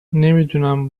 نمیدونم